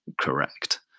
correct